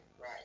Right